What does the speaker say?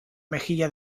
mejilla